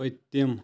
پٔتِم